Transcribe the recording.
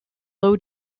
low